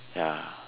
ya